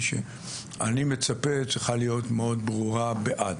שאני מצפה צריכה להיות מאוד ברורה בעד.